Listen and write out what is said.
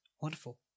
Wonderful